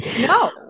no